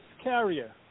Carrier